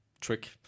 trick